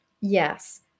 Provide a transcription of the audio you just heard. Yes